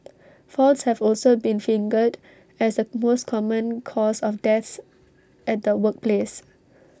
falls have also been fingered as the most common cause of deaths at the workplace